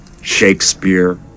Shakespeare